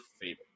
favorite